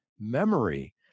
memory